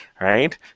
Right